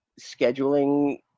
scheduling